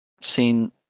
seen